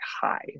high